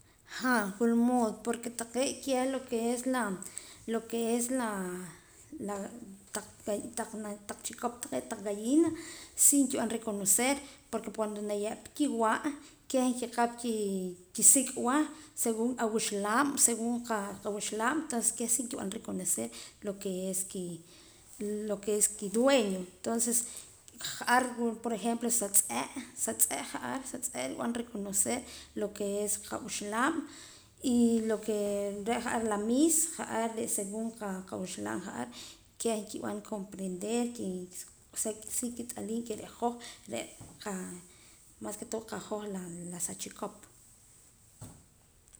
Jaa wula mood porque taqee' keh lo que es la lo que es la taq taq chikop taqee' taq gallina sí nkib'an reconocer porque cuando na ye'pa kiwa' keh nkikap kisik'a según awuxlaab' según qawuxlaab' entonces keh sí nkib'an reconocer lo que ki lo que es kidueño entonces ja'ar wula por ejemplo sa tz'e' sa tz'e' ja'ar sa tz'e' nrub'an reconocer lo que es qawuxlaab' y lo que re' ja'ar la miis ja'ar según qawuxlaab' ja'ar keh kib'an comprender que osea sí kit'aliim que re' hoj más que todo qahoj qahoj la sa chikop.